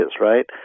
right